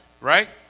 right